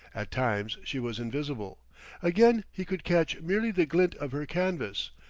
at times she was invisible again he could catch merely the glint of her canvas,